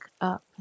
up